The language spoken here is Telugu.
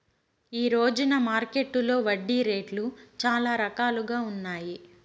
ఈ రోజున మార్కెట్టులో వడ్డీ రేట్లు చాలా రకాలుగా ఉన్నాయి